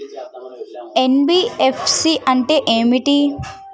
NBFC అంటే ఏమిటి?